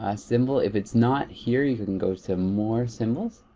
ah symbol. if it's not here you can go to more symbols.